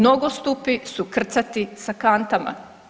Nogostupi su krcati sa kantama.